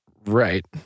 right